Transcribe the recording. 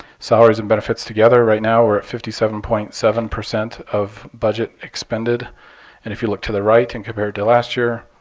salaries and benefits together right now we're at fifty seven point seven of budget expended. and if you look to the right and compare it to last year,